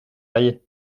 perrier